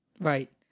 Right